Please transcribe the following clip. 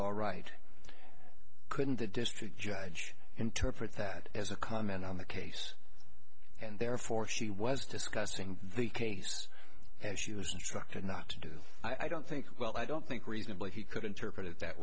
all right couldn't the district judge interpret that as a comment on the case and therefore she was discussing the case as she was instructed not to do i don't think well i don't think reasonable he could interpret it that